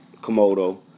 Komodo